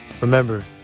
Remember